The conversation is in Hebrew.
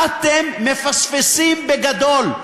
ואתם מפספסים בגדול.